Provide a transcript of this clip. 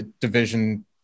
division